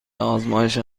آزمایش